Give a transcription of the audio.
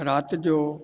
राति जो